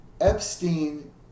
Epstein